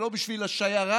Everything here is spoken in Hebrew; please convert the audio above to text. ולא בשביל השיירה,